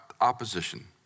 opposition